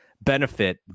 benefit